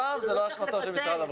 אז לא צריך לפצל,